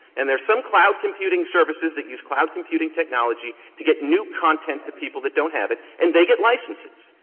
and there are some cloud computing services that use cloud computing technology to get new content to people that don't have it, and they get licenses.